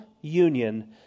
union